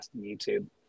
YouTube